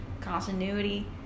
continuity